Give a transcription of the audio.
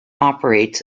operates